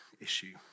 issue